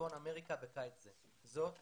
מצפון אמריקה בקיץ זה, זאת